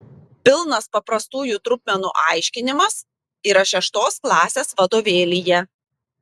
pilnas paprastųjų trupmenų aiškinimas yra šeštos klasės vadovėlyje